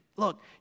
look